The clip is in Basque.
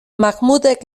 mahmudek